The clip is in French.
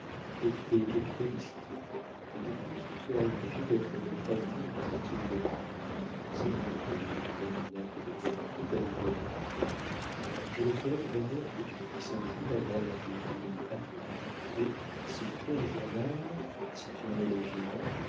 pour tes capitalistes et de plus tu seras obligé d'être le prête-nom du parti libéral c'est moi qui rédigerai ton acte de commandite avec gannerac je le ferai de manière que tu puisses un jour avoir l'imprimerie à toi mais s'ils créent un journal si tu en es le gérant